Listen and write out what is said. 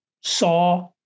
saw